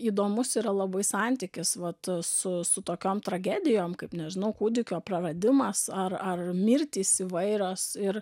įdomus yra labai santykis vat su su tokiom tragedijom kaip nežinau kūdikio praradimas ar ar mirtys įvairios ir